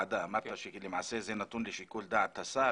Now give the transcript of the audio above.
רציתי לשאול את עידו לעניין שיקול דעת הוועדה.